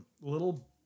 little